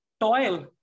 toil